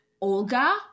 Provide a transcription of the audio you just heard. Olga